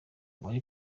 uwari